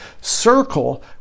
circle